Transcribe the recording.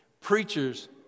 preachers